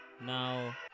Now